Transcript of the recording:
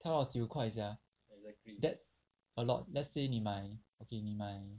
它要九块钱 sia that's a lot let's say 你买 K 你买